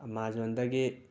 ꯑꯃꯥꯖꯣꯟꯗꯒꯤ